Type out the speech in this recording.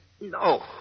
No